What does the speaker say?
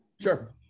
sure